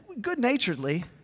good-naturedly